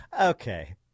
okay